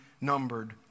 numbered